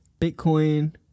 Bitcoin